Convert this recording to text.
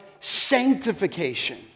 sanctification